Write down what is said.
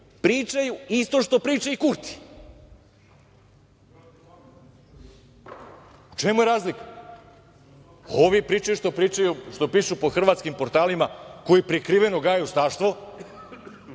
pričaju isto što priča i Kurti. U čemu je razlika? Ovi pričaju isto što pišu po hrvatskim portalima koji prekriveno gaje ustaštvo,